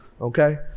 okay